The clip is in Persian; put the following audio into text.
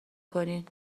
کنین